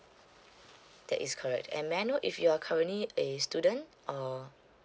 that is correct and may I know if you're currently a student or